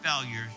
failures